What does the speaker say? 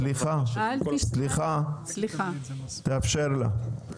סליחה אני לא הפרעתי לך.